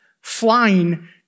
flying